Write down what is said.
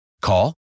Call